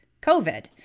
COVID